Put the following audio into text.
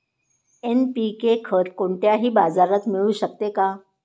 NPK खत कोणत्याही बाजारात मिळू शकते का?